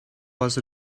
was